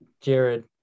jared